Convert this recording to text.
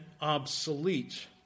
obsolete